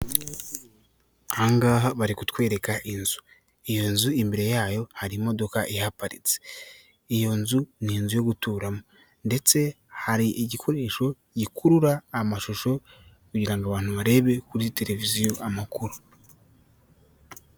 Ahangaha bari kutwereka inzu iyo nzu imbere yayo hari imodoka ihaparitse iyo nzu ni inzu yo guturamo ndetse hari igikoresho gikurura amashusho kugira ngo abantu barebe kuri tereviziyo amakuru.